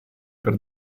per